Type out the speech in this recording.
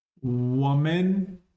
Woman